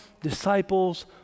disciples